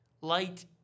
light